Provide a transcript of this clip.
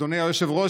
אדוני היושב-ראש,